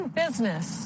business